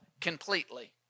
completely